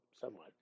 somewhat